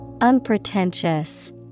Unpretentious